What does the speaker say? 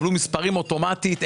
יקבלו מספרים אוטומטית,